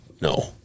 No